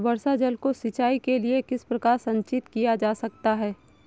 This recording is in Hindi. वर्षा जल को सिंचाई के लिए किस प्रकार संचित किया जा सकता है?